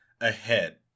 ahead